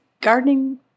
gardening